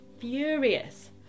furious